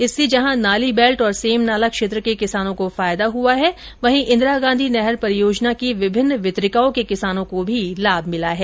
इससे जहां नाली बैल्ट और सेमनाला क्षेत्र के किसानों को फायदा हुआ है वहीं इंदिरा गांधी नहर परियोजना की विभिन्न वितरिकाओं के किसानों को भी लाभ मिला है